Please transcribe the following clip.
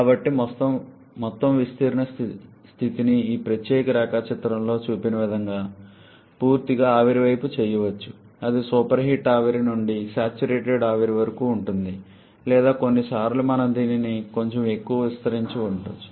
కాబట్టి మొత్తం విస్తరణ స్థితిని ఈ ప్రత్యేక రేఖాచిత్రంలో చూపిన విధంగా పూర్తిగా ఆవిరి వైపు చేయవచ్చు అది సూపర్హీట్ ఆవిరి నుండి సాచురేటెడ్సంతృప్త ఆవిరి వరకు ఉంటుంది లేదా కొన్నిసార్లు మనం దీన్ని కొంచెం ఎక్కువగా విస్తరించి ఉండవచ్చు